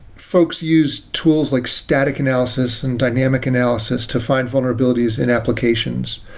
folks use tools like static analysis and dynamic analysis to find vulnerabilities in application.